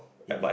indeed